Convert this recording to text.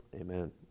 Amen